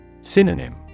Synonym